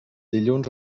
dilluns